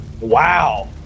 Wow